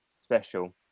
special